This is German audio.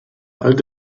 alte